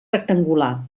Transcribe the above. rectangular